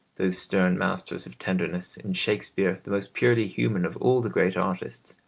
those stern masters of tenderness, in shakespeare, the most purely human of all the great artists,